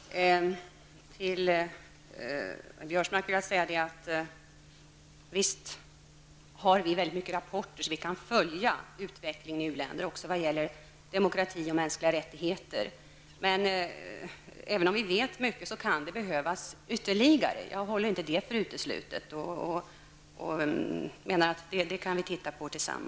Fru talman! Till Karl-Göran Biörsmark vill jag säga att visst får vi många rapporter där vi kan följa utvecklingen i u-länderna också i vad gäller demokrati och mänskliga rättigheter. Även om vi vet mycket, kan det behövas ytterligare -- det håller jag inte för uteslutet. Sedan vill jag rätta en sak.